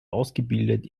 ausgebildet